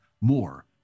more